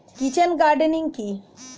Kitchen gardening কি?